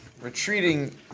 retreating